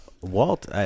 Walt